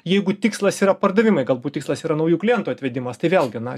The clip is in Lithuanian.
jeigu tikslas yra pardavimai galbūt tikslas yra naujų klientų atvedimas tai vėlgi na